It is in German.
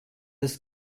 des